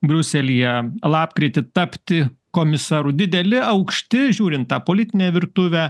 briuselyje lapkritį tapti komisaru dideli aukšti žiūrint tą politinę virtuvę